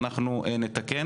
אנחנו נתקן